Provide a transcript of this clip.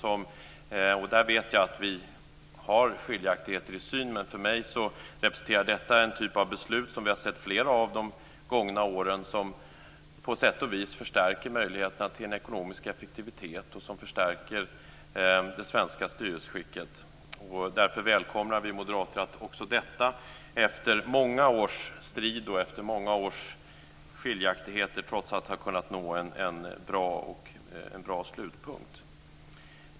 Jag vet att det finns skiljaktigheter i vår syn, men för mig representerar detta en typ av beslut som vi har sett flera av de gångna åren och som på sätt och vis förstärker möjligheterna till ekonomisk effektivitet och förstärker det svenska styrelseskicket. Därför välkomnar vi moderater att också detta, efter många års strid och efter många års skiljaktigheter, trots allt har kunnat nå en bra slutpunkt.